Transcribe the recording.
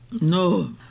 No